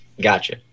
Gotcha